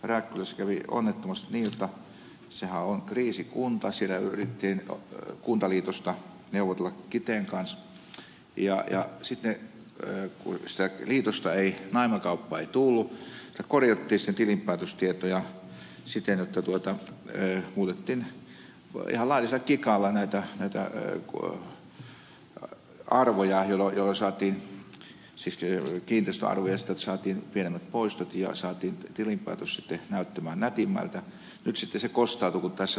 rääkkylässä kävi onnettomasti niin jotta kun sehän on kriisikunta siellä yritettiin kuntaliitosta neuvotella kiteen kanssa ja kun sitä naimakauppaa ei tullut tilinpäätöstietoja korjattiin siten jotta muutettiin ihan laillisella kikalla kiinteistöjen arvoja jolloin saatiin pienemmät poistot ja saatiin tilinpäätös näyttämään nätimmältä yksityiset kostautuu tässä